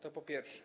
To po pierwsze.